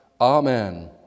Amen